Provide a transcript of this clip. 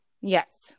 yes